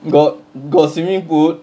got got swimming pool